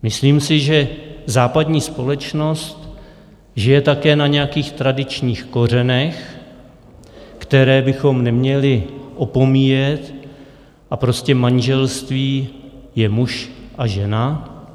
Myslím si, že západní společnost žije také na nějakých tradičních kořenech, které bychom neměli opomíjet, a prostě manželství je muž a žena.